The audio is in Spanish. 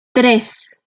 tres